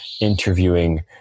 interviewing